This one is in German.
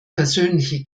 persönliche